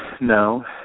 No